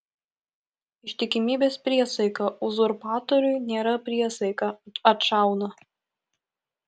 ištikimybės priesaika uzurpatoriui nėra priesaika atšauna